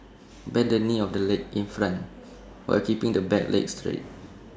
bend the knee of the leg in front while keeping the back leg straight